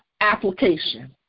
application